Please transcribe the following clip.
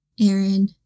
Aaron